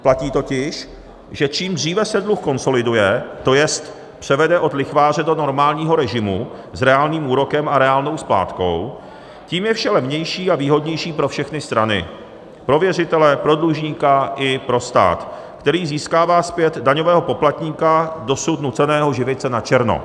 Platí totiž, že čím dříve se dluh konsoliduje, tj. převede od lichváře do normálního režimu s reálným úrokem a reálnou splátkou, tím je vše levnější a výhodnější pro všechny strany pro věřitele, pro dlužníka i pro stát, který získává zpět daňového poplatníka, dosud nuceného živit se načerno.